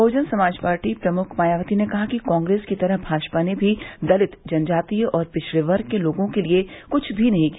बहुजन Samaj party प्रमुख मायावती ने कहा कि कांग्रेस की तरह भाजपा ने भी दलित जनजातीय और पिछड़े वर्ग के लोगों के लिए कुछ भी नहीं किया